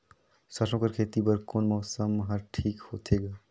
सरसो कर खेती बर कोन मौसम हर ठीक होथे ग?